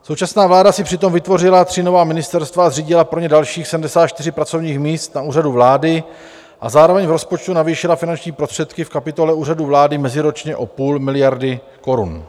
Současná vláda si přitom vytvořila tři nová ministerstva a zřídila pro ně dalších 74 pracovních míst na Úřadu vlády a zároveň v rozpočtu navýšila finanční prostředky v kapitole Úřadu vlády meziročně o půl miliardy korun.